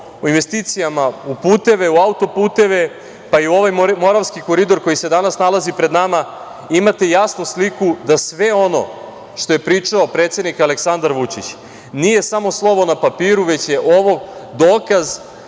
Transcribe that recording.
o investicijama u puteve, u auto-puteve, pa i u ovaj Moravski koridor koji se danas nalazi pred nama, imate jasnu sliku da sve ono što je pričao predsednik Aleksandar Vučić nije samo slovo na papiru, već je ovo dokaz